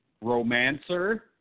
Romancer